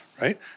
right